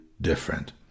different